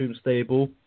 stable